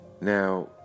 Now